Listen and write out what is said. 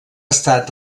estat